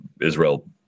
Israel